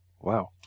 wow